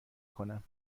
کنم